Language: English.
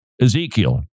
Ezekiel